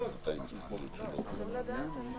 שעת חירום.